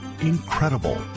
Incredible